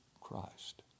Christ